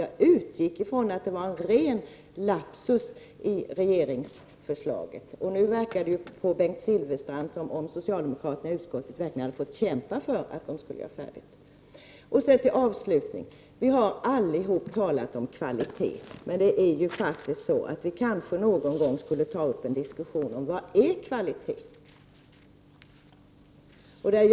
Jag utgick ifrån att det var en ren lapsus i regeringsförslaget, och nu verkar det på Bengt Silfverstrand som om socialdemokraterna i utskottet verkligen hade fått kämpa för att de skall få studera färdigt. Vi har alla talat om kvalitet. Men vi kanske någon gång skulle ta upp en diskussion om vad kvalitet är.